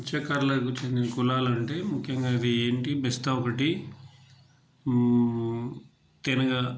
మత్సకారుల గురించి కొన్ని కులాలంటే ముఖ్యంగా అదేంటి బెస్త ఒకటి తెనగ